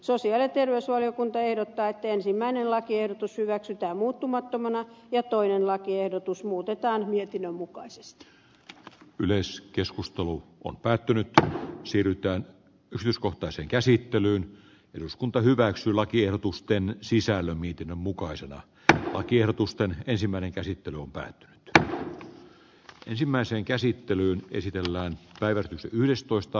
sosiaali ja terveysvaliokunta ehdottaa että ensimmäinen lakiehdotus hyväksytään muuttumattomana ja toinen lakiehdotus muutetaan mietinnön mukaisesti yleiskeskustelu on päättynyttä siirrytään pysyskohtaiseen käsittelyyn eduskunta hyväksyi lakiehdotusten sisällön mietinnön mukaisena että lakiehdotusten ensimmäinen käsittely on pääty tähänoin ensimmäiseen käsittelyyn esitellään päivä yhdestoista